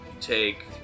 take